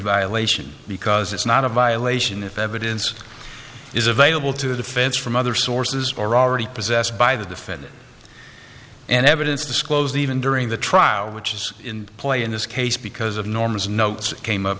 violation because it's not a violation if evidence is available to the defense from other sources or already possessed by the defendant and evidence disclosed even during the trial which is in play in this case because of norm's notes it came up